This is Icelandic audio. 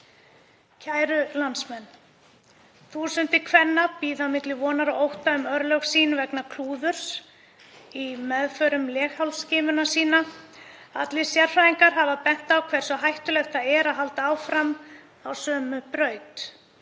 Kæru landsmenn. Þúsundir kvenna bíða milli vonar og ótta um örlög sín vegna klúðurs í meðferð leghálsskimunarsýna. Allir sérfræðingar hafa bent á hversu hættulegt það er að halda áfram á sömu braut.